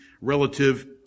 relative